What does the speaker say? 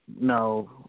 No